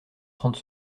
trente